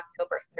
October